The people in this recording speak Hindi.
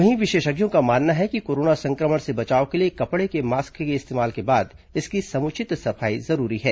वहीं विशेषज्ञों का मानना है कि कोरोना संक्रमण से बचाव के लिए कपड़े के मास्क के इस्तेमाल के बाद इसकी समुचित सफाई जरूरी है